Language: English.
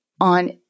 on